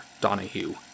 Donahue